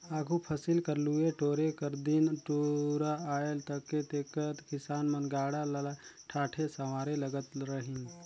आघु फसिल कर लुए टोरे कर दिन दुरा आए नगे तेकर किसान मन गाड़ा ल ठाठे सवारे लगत रहिन